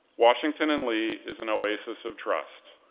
washington and lee is an oasis of trust,